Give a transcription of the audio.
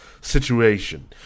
situation